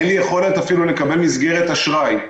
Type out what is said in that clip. אין לי יכולת אפילו לקבל מסגרת אשראי.